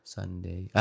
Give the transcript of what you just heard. Sunday